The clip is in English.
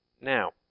Now